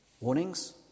Warnings